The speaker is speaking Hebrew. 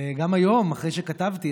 וגם היום אחרי שכתבתי,